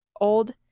Old